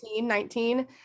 19